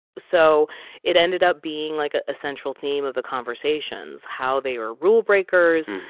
so it ended up being, like, ah a central theme of the conversations how they are rulebreakers,